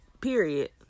period